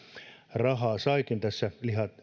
rahaa saikin tässä